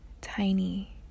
tiny